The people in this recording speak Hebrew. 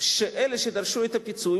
אלה שדרשו את הפיצוי,